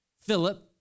Philip